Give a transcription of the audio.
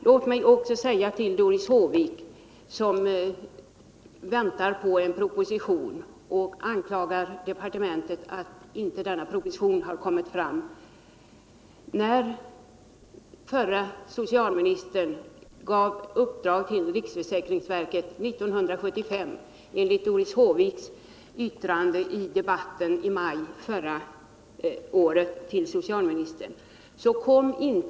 Låt mig också säga till Doris Håvik, som väntar på en proposition och anklagade departementet för att denna proposition inte kommit fram: Enligt Doris Håviks yttrande i debatten i maj förra året till socialministern gav förre socialministern år 1975 riksförsäkringsverket ett utredningsuppdrag.